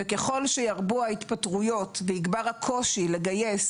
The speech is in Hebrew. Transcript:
ככל שירבו ההתפטרויות ויגבר הקושי לגייס